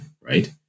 right